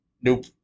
nope